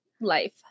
life